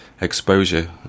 exposure